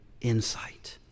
insight